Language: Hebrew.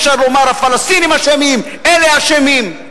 אפשר לומר: הפלסטינים אשמים, אלה אשמים.